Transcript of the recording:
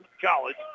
College